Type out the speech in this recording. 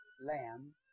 lamb